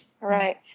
Right